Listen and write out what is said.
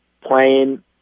playing